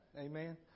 Amen